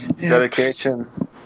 Dedication